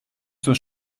zur